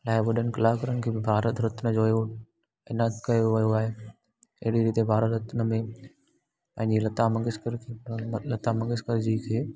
अलाई वॾनि कलाकरनि खे भारत रत्न जो इन्हनि कयो वियो आहे अहिड़ी रीते भारत रत्न में पंहिंजी लता मंगेशकर थी लता मंगेशकर जी थी